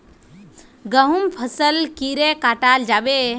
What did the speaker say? गहुम फसल कीड़े कटाल जाबे?